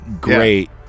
great